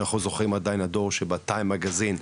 אנחנו זוכרים עדיין הדור שבטיים מגזין,